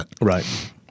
Right